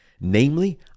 Namely